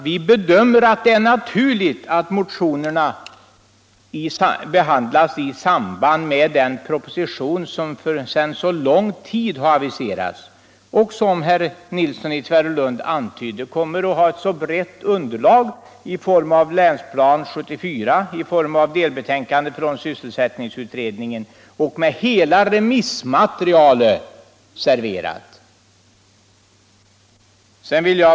Vi bedömer det som naturligt att motionerna behandlas i samband med den proposition som aviserats för så länge sedan och som enligt vad herr Nilsson i Tvärålund antydde kommer att ha ett mycket brett underlag i form av länsplanering 1974, delbetänkande från sysselsättningsutredningen och hela remissmaterialet.